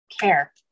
care